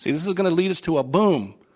this is going to lead us to a boom,